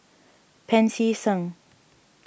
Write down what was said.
Pancy Seng